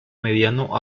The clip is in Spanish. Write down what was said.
mediano